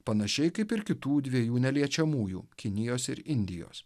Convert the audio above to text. panašiai kaip ir kitų dviejų neliečiamųjų kinijos ir indijos